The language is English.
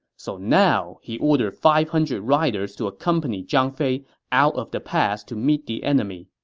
so now he ordered five hundred riders to accompany zhang fei out of the pass to meet the enemy.